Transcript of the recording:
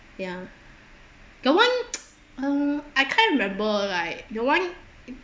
ya got [one] uh I I can't remember like the [one]